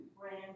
brand